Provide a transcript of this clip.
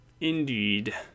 Indeed